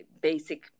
basic